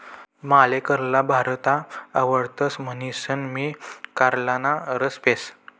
माले कारला भरता आवडतस म्हणीसन मी कारलाना रस पेस